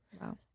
Wow